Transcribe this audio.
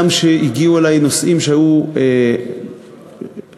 גם כשהגיעו אלי נושאים שהיו בהם שאלות,